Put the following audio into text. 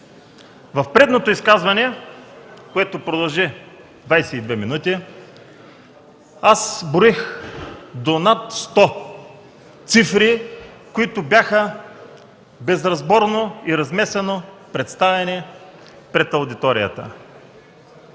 В предното изказване, което продължи 22 минути, аз броих до над 100 цифри, които бяха безразборно и размесено представени пред аудиторията.